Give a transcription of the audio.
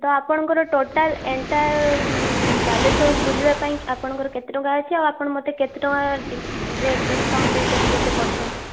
ତ ଆପଣଙ୍କର ଟୋଟାଲ ଏଣ୍ଟାର ବାଲେଶ୍ୱର ବୁଲିବା ପାଇଁ ଆପଣଙ୍କର କେତେ ଟଙ୍କା ଅଛି ଆପଣ ମୋତେ କେତେ ଟଙ୍କା ଡିସକାଉଣ୍ଟ ଦେଇଛନ୍ତି କେତେ ପରସେଣ୍ଟ